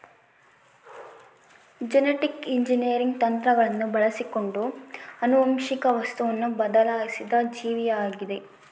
genetic engineering ತಂತ್ರಗಳನ್ನು ಬಳಸಿಕೊಂಡು ಆನುವಂಶಿಕ ವಸ್ತುವನ್ನು ಬದಲಾಯಿಸಿದ ಜೀವಿಯಾಗಿದ